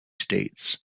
states